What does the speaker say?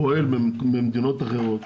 פועל במדינות אחרות,